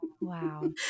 Wow